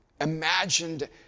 imagined